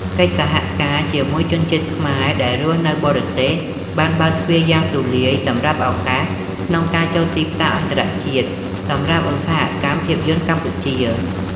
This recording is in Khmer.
កិច្ចសហការជាមួយជនជាតិខ្មែរដែលរស់នៅបរទេសបានបើកទ្វារយ៉ាងទូលាយសម្រាប់ ឱកាសក្នុងការចូលទីផ្សារអន្តរជាតិ សម្រាប់ឧស្សាហកម្មភាពយន្តកម្ពុជា។